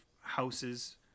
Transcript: houses